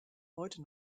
heute